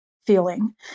feeling